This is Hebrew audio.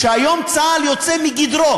כשהיום צה"ל יוצא מגדרו